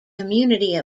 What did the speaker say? community